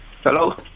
Hello